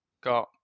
got